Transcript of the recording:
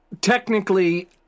Technically